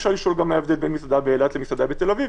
אפשר גם לשאול מה ההבדל בין מסעדה באילת למסעדה בתל אביב,